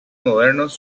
modernos